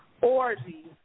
Orgies